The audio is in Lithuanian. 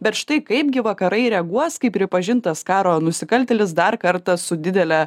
bet štai kaipgi vakarai reaguos kai pripažintas karo nusikaltėlis dar kartą su didele